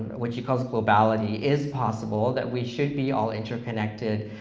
which he calls globality is possible, that we should be all interconnected,